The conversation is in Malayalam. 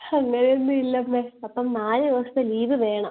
ഹ് അങ്ങനൊന്നുവില്ലമ്മേ അപ്പം നാല് ദിവസത്ത ലീവ് വേണം